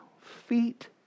feet